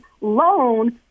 loan